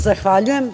Zahvaljujem.